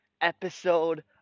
episode